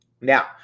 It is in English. Now